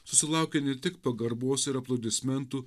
susilaukia ne tik pagarbos ir aplodismentų